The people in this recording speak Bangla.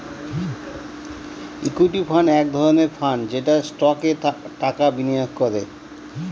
ইকুইটি ফান্ড এক ধরনের ফান্ড যেটা স্টকে টাকা বিনিয়োগ করে